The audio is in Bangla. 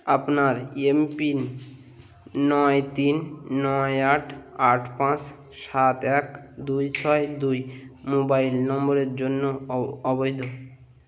আপনার এম পিন নয় তিন নয় আট আট পাঁচ সাত এক দুই ছয় দুই মোবাইল নম্বরের জন্য অবৈধ